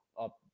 up